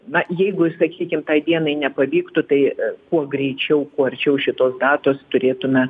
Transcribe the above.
na jeigu sakykim tai dienai nepavyktų tai kuo greičiau kuo arčiau šitos datos turėtume